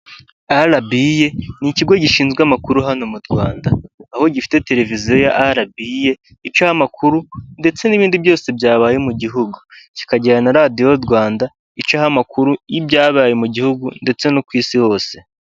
Arabiye ni ikigo gishinzwe amakuru hano mu Rwanda. Aho gifite televiziyo ya arabiye icaho amakuru ndetse n'ibindi byose byabaye mu gihugu, kikagira na radiyo Rwanda, icaho amakuru y'ibyabaye mu gihugu ndetse no ku isi hose.